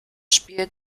spiel